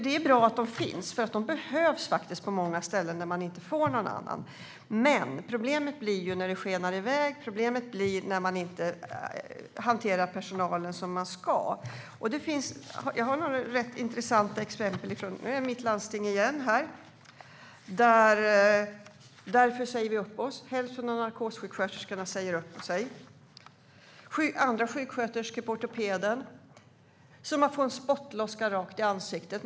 Det är bra att de finns eftersom de behövs på många ställen där man inte får några andra. Men problemet uppstår när kostnaderna skenar iväg och när man inte hanterar personalen som man ska. Jag har några rätt intressanta exempel från mitt landsting igen. Narkossjuksköterskor och andra går ut och säger: Därför säger vi upp oss. Sjuksköterskor på ortopeden säger att det är som att få en spottloska rakt i ansiktet.